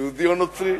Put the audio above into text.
או יהודי או נוצרי.